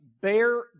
bear